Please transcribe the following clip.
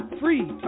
free